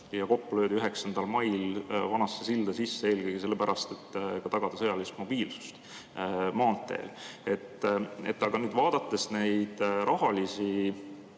ja kopp löödi 9. mail vanasse silda sisse eelkõige sellepärast, et tagada sõjaline mobiilsus ka maanteel. Aga nüüd, vaadates neid rahalisi